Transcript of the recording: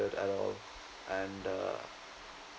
at all and uh